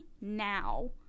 now